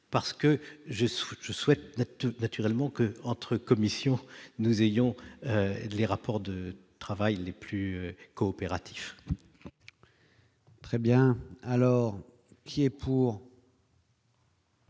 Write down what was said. souhaite, je souhaite naturellement que entre Commission, nous ayons les rapports de travail les plus coopératifs. Très bien, alors qui est pour.